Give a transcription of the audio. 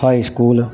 high school